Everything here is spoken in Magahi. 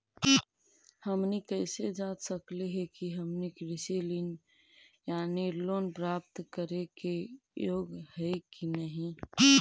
हमनी कैसे जांच सकली हे कि हमनी कृषि ऋण यानी लोन प्राप्त करने के योग्य हई कि नहीं?